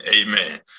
Amen